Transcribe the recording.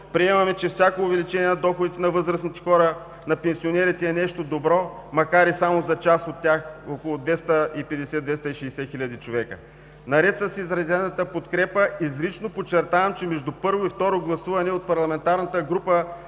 приемаме, че всяко увеличение на доходите на възрастните хора, на пенсионерите е нещо добро, макар и само за част от тях, около 250 – 260 хил. човека. Наред с изразената подкрепа, изрично подчертавам, че между първо и второ гласуване от парламентарната група